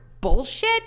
bullshit